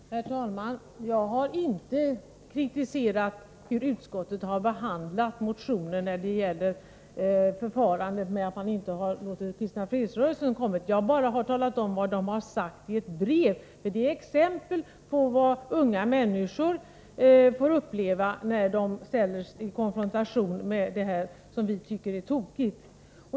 Herr talman! Jag har inte kritiserat hur utskottet har behandlat motionen när det gäller förfarandet att inte låta representanter för Kristna fredsrörelsen träffa utskottetsledamöterna. Jag talade bara om vad Kristna fredsrörel sen har sagt i ett brev. Det är ett exempel på vad unga människor får uppleva när de konfronteras med det här som vi tycker är tokigt.